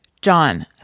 John